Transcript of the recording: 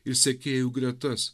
ir sekėjų gretas